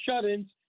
shut-ins